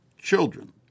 children